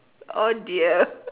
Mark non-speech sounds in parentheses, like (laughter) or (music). oh dear (laughs)